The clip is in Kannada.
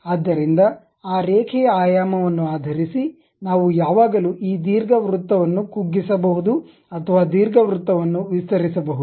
ಆದ್ದರಿಂದ ಆ ರೇಖೆಯ ಆಯಾಮವನ್ನು ಆಧರಿಸಿ ನಾವು ಯಾವಾಗಲೂ ಈ ದೀರ್ಘವೃತ್ತ ವನ್ನು ಕುಗ್ಗಿಸಬಹುದು ಅಥವಾ ದೀರ್ಘವೃತ್ತ ವನ್ನು ವಿಸ್ತರಿಸಬಹುದು